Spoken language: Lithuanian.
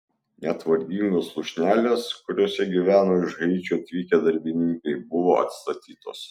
net vargingos lūšnelės kuriose gyveno iš haičio atvykę darbininkai buvo atstatytos